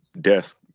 desk